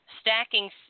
stacking